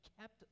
kept